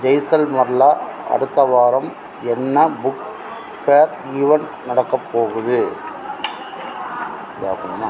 ஜெய்சல்மாரில் அடுத்த வாரம் என்ன புக் ஃபேர் ஈவெண்ட் நடக்கப் போகுது இதை ஆஃப் பண்ணணுமா